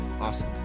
awesome